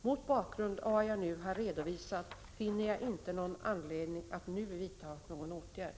Mot bakgrund av vad jag nu har redovisat finner jag inte någon anledning att nu vidta någon åtgärd.